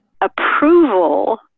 approval